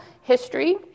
history